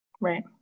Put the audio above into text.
right